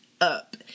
up